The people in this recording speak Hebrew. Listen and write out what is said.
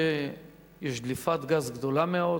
שיש דליפת גז גדולה מאוד,